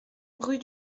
rue